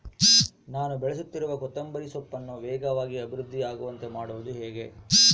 ನಾನು ಬೆಳೆಸುತ್ತಿರುವ ಕೊತ್ತಂಬರಿ ಸೊಪ್ಪನ್ನು ವೇಗವಾಗಿ ಅಭಿವೃದ್ಧಿ ಆಗುವಂತೆ ಮಾಡುವುದು ಹೇಗೆ?